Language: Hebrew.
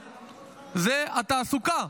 התעסוקה.